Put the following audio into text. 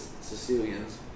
Sicilians